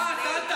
את, את תעמדי.